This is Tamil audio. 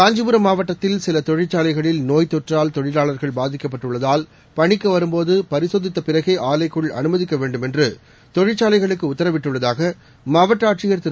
காஞ்சிபுரம் மாவட்டத்தில் சில தொழிற்சாலைகளில் நோய்த்தொற்றால் தொழிலாளர்கள் பாதிக்கப்பட்டுள்ளதால் பணிக்கு வரும் போது பரிசோதித்த பிறகே ஆலைக்குள் அனுமதிக்க வேண்டும் என்று தொழிற்சாலைகளுக்கு உத்தரவிட்டுள்ளதாக மாவட்ட ஆட்சியர் திரு